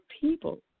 people